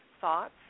thoughts